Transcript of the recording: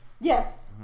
Yes